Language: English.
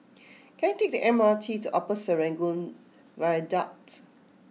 can I take the M R T to Upper Serangoon Viaduct